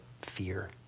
fear